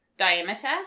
diameter